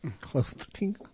Clothing